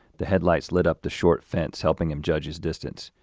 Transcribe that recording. the headlights lit up the short fence, helping him judge his distance.